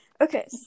Okay